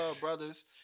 brothers